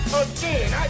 again